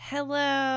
Hello